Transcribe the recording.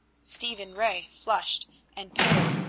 stephen ray flushed and paled.